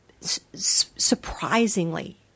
surprisingly